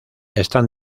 están